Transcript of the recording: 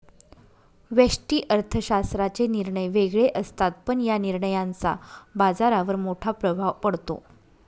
व्यष्टि अर्थशास्त्राचे निर्णय वेगळे असतात, पण या निर्णयांचा बाजारावर मोठा प्रभाव पडतो